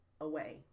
away